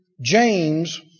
James